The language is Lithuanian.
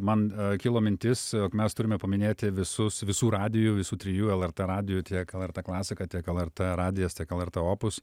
man kilo mintis jog mes turime paminėti visus visų radijų visų trijų lrt radijų tiek lrt klasika tiek lrt radijas tiek lrt opus